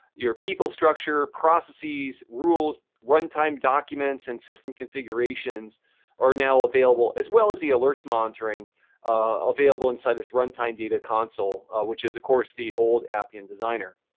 your people structure, processes, rules, runtime documents, and system configurations are now available, as well as the alerts monitoring available inside this runtime data console, which is of course the old appian designer.